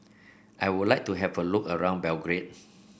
I would like to have a look around Belgrade